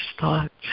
thoughts